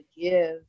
give